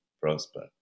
prosper